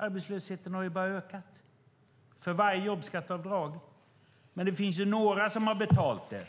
Arbetslösheten har bara ökat för varje jobbskatteavdrag. Men det finns några som har betalat det. Det är